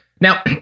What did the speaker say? Now